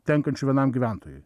tenkančių vienam gyventojui